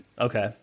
Okay